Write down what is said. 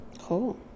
Cool